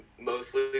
mostly